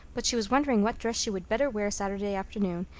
but she was wondering what dress she would better wear saturday afternoon,